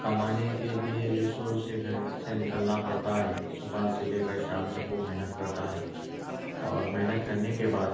کمانے کے لیے جو سو اُسے گھر سے نکلنا پڑتا ہے صُبح سے لے کر شام تک وہ محنت کرتا ہے اور محنت کرنے کے بعد